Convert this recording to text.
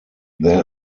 there